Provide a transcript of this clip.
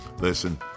Listen